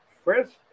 First